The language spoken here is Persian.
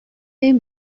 این